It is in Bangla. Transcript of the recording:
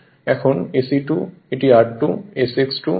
এখন SE2 এটি r2 SX2 এবং এটি কারেন্ট I2 হয়